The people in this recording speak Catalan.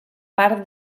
part